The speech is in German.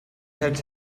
hält